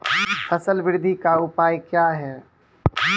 फसल बृद्धि का उपाय क्या हैं?